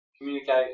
Communicate